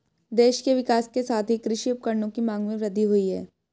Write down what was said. देश के विकास के साथ ही कृषि उपकरणों की मांग में वृद्धि हुयी है